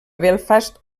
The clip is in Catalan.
belfast